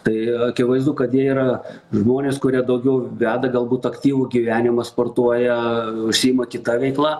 tai akivaizdu kad jie yra žmonės kurie daugiau veda galbūt aktyvų gyvenimą sportuoja užsiima kita veikla